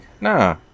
Nah